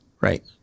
Right